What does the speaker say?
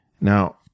Now